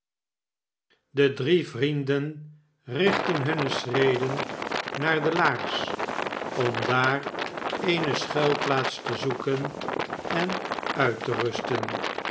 de dne vnenden nchtten hunne schreden naar de laars om daar eene schuilplaats te zoeken en uit te rusten